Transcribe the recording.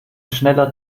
schneller